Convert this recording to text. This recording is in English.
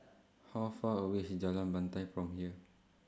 How Far away IS Jalan Batai from here